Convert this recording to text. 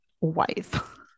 wife